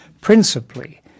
principally